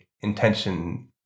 intention